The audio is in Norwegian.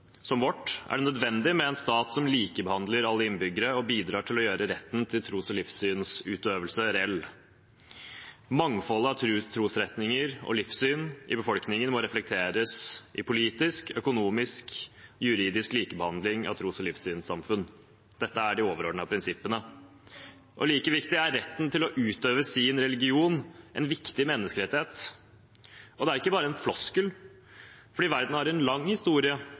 som vårt er det nødvendig med en stat som likebehandler alle innbyggere og bidrar til å gjøre retten til tros- og livssynsutøvelse reell. Mangfoldet av trosretninger og livssyn i befolkningen må reflekteres i politisk, økonomisk og juridisk likebehandling av tros- og livssynssamfunn. Dette er de overordnede prinsippene. Like viktig er det at retten til å utøve sin religion er en viktig menneskerettighet. Det er ikke bare en floskel, for verden har en lang historie